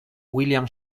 william